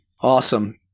Awesome